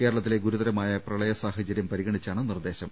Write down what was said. കേരളത്തിലെ ഗുരുതരമായ പ്രളയ സാഹചര്യം പരിഗണിച്ചാണ് നിർദ്ദേശം